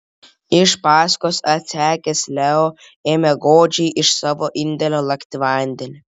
iš paskos atsekęs leo ėmė godžiai iš savo indelio lakti vandenį